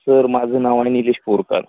sir माझं नाव आणि निलेश पोरकार